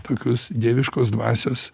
tokius dieviškos dvasios